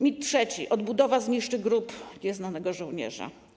Mit trzeci: odbudowa zniszczy Grób Nieznanego Żołnierza.